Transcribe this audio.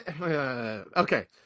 okay